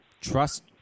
trust